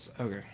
Okay